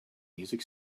music